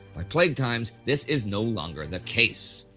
by plague times, this is no longer the case.